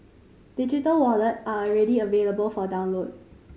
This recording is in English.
digital wallet are already available for download